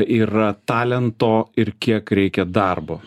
yra talento ir kiek reikia darbo